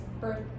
birth